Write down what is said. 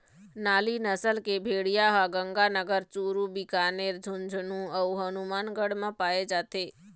नाली नसल के भेड़िया ह गंगानगर, चूरू, बीकानेर, झुंझनू अउ हनुमानगढ़ म पाए जाथे